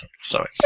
Sorry